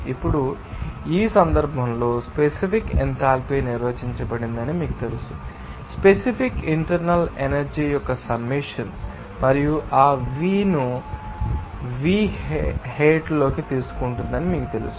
ఇప్పుడు ఈ సందర్భంలో స్పెసిఫిక్ ఎంథాల్పీ నిర్వచించబడిందని మీకు తెలుసు స్పెసిఫిక్ ఇంటర్నల్ ఎనర్జీ యొక్క సమ్మేషన్ మరియు ఆ V ను V హెట్ లోకి తీసుకుంటుందని మీకు తెలుసు